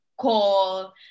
call